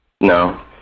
No